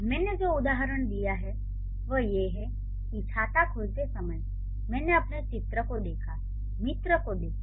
मैंने जो उदाहरण दिया है वह यह है की छाता खोलते समय मैंने अपने मित्र को देखा